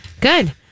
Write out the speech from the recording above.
Good